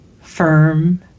firm